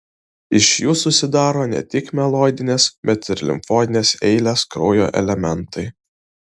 iš jų susidaro ne tik mieloidinės bet ir limfoidinės eilės kraujo elementai